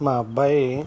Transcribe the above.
మా అబ్బాయి